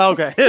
Okay